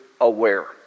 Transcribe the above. aware